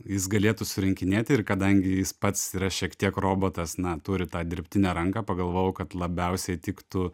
jis galėtų surinkinėti ir kadangi jis pats yra šiek tiek robotas na turi tą dirbtinę ranką pagalvojau kad labiausiai tiktų